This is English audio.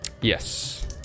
yes